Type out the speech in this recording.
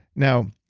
now,